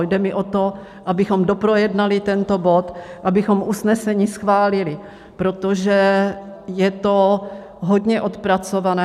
Jde mi o to, abychom doprojednali tento bod, abychom usnesení schválili, protože je to hodně odpracované.